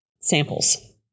samples